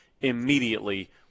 immediately